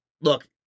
look